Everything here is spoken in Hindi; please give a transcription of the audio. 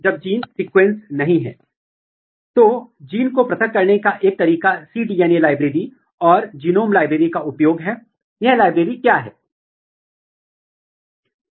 आपके पास दोनों जीन एक अलग वेक्टर में क्लोन किए गए हैं एक को bait चारा के साथ फ्यूज करना होगा और एक प्रे शिकार के साथ